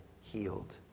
healed